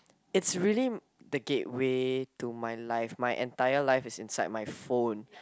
it's really the gateway to my life my entire life is inside my phone